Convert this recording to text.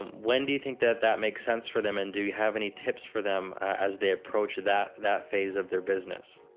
um when do you think that that makes sense for them and do you have any tips for them as they approach that that phase of their business?